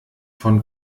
von